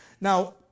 Now